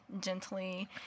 gently